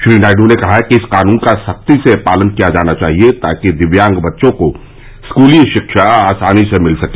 श्री नायडू ने कहा कि इस कानून का सख्ती से पालन किया जाना चाहिए ताकि दिव्यांग बच्चों को स्कूली शिक्षा आसानी से मिल सके